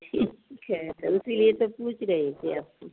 ठीक है तो इसीलिए तो पूछ रही थी आपको